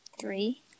Three